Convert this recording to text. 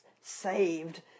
saved